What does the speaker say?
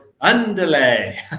underlay